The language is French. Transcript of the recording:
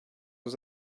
aux